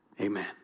amen